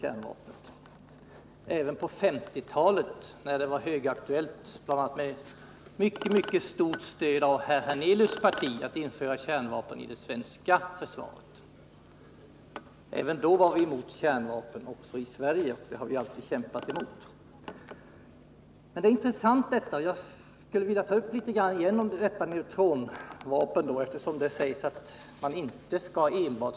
Även på 1950-talet när det var högaktuellt att införa kärnvapen i det svenska försvaret — en tanke som hade ett mycket starkt stöd av Allan Hernelius parti — var vi emot kärnvapen också i det svenska försvaret. Vi har alltid kämpat emot kärnvapen. Eftersom det sägs att man inte skall fördöma enbart neutronbomben, vill jag återigen ta upp den här frågan.